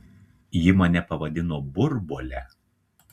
ji mane pavadino burbuole